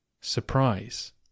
Surprise